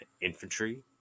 infantry